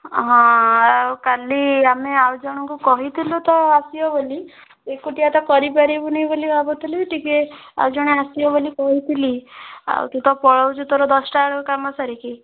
ହଁ ଆଉ କାଲି ଆମେ ଆଉ ଜଣଙ୍କୁ କହିଥିଲୁ ତ ଆସିବ ବୋଲି ଏକୁଟିଆ ତ କରିପାରିବୁନି ବୋଲି ଭାବୁଥିଲି ଟିକିଏ ଆଉ ଜଣେ ଆସିବ ବୋଲି କହିଥିଲି ଆଉ ତୁ ତ ପଳାଉଛୁ ତୋର ଦଶଟାବେଳକୁ କାମ ସାରିକି